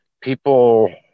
people